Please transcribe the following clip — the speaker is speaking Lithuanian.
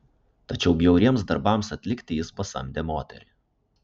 tačiau bjauriems darbams atlikti jis pasamdė moterį